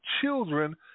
children